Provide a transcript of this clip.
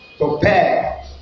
prepare